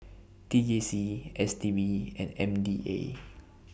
T J C S T B and M D A